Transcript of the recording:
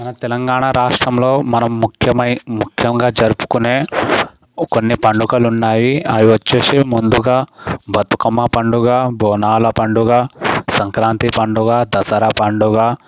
మన తెలంగాణ రాష్ట్రంలో మన ముఖ్యమైన ముఖ్యంగా జరుపుకునే కొన్ని పండుగలు ఉన్నాయి అవి వచ్చేసి ముందుగా బతుకమ్మ పండగ బోనాల పండగ సంక్రాంతి పండగ దసరా పండగా